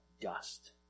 dust